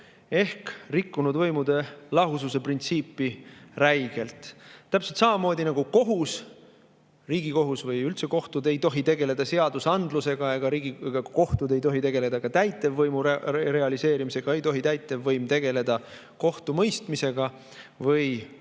ehk rikkunud räigelt võimude lahususe printsiipi. Täpselt samamoodi nagu kohus – riigikohus või üldse kohtud – ei tohi tegeleda seadusandlusega ega tohi tegeleda ka täitevvõimu realiseerimisega, ei tohi täitevvõim tegeleda kohtumõistmisega või